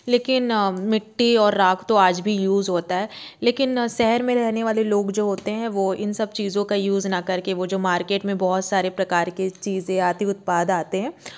लेकिन मिट्टी और राख तो आज भी यूज होता है लेकिन शहर में रहने वाले लोग जो होते हैं वो इन सब चीज़ों का यूज ना करके वो जो मार्केट मे बहुत सारे प्रकार के चीज़ें आदि है उत्पाद आते हैं